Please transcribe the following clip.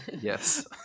Yes